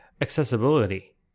accessibility